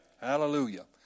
Hallelujah